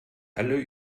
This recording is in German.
alle